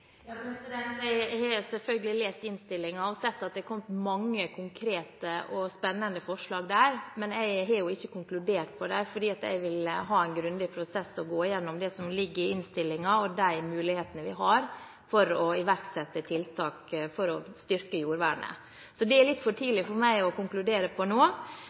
Jeg har selvfølgelig lest innstillingen og sett at det har kommet mange konkrete og spennende forslag der, men jeg har ikke konkludert på dem fordi jeg vil ha en grundig prosess og gå gjennom det som ligger i innstillingen og i de mulighetene vi har for å iverksette tiltak for å styrke jordvernet. Så det er litt for tidlig for meg å konkludere nå.